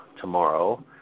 tomorrow